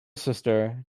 sister